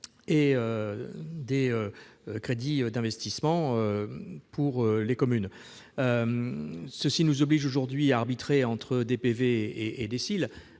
et les crédits d'investissement pour les communes. Cela nous oblige aujourd'hui à arbitrer entre la DPV et la DSIL,